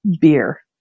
beer